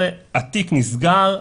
התיק נסגר,